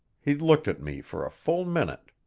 he looked at me for a full minute.